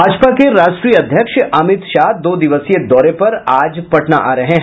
भाजपा के राष्ट्रीय अध्यक्ष अमित शाह दो दिवसीय दौरे पर आज पटना आ रहे हैं